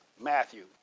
Matthew